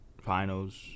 finals